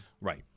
Right